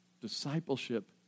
Discipleship